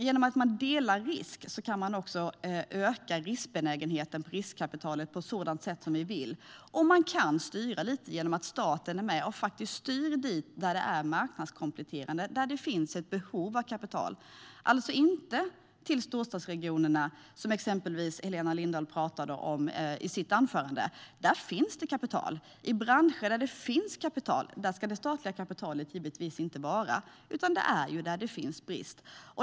Genom att risken delas kan man också öka riskbenägenheten för riskkapital på det sätt som vi vill. Staten är alltså med och styr dit där det är marknadskompletterande och där det finns ett behov av kapital, inte till storstadsregionerna som exempelvis Helena Lindahl pratade om i sitt anförande. Där finns det kapital. I branscher där det finns kapital ska det statliga kapitalet givetvis inte vara, utan det ska vara där det finns brist.